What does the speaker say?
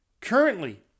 Currently